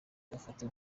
ifatiye